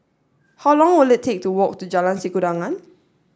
how long will it take to walk to Jalan Sikudangan